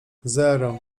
zero